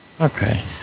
Okay